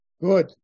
Good